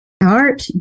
Art